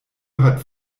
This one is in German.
hat